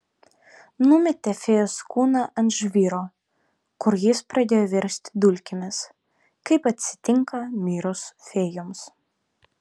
numetė fėjos kūną ant žvyro kur jis pradėjo virsti dulkėmis kaip atsitinka mirus fėjoms